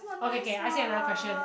okay okay I ask you another question